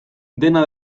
dena